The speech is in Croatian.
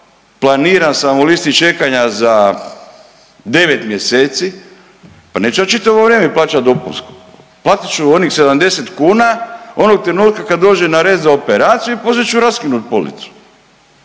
planiran sam u listi čekanja za 9 mjeseci, pa neću ja čitavo vrijeme plaćat dopunsko. Platit ću onih 70 kuna onog trenutka kad dođem na red za operaciju i poslije ću raskinu policu.